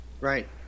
Right